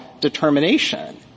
determination